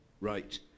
right